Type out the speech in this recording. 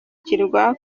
kirwa